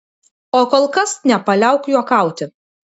o kol kas nepaliauk juokauti